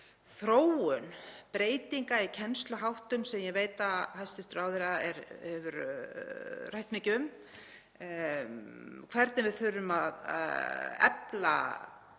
þróun, breytingar í kennsluháttum sem ég veit að hæstv. ráðherra hefur rætt mikið um; hvernig við þurfum að efla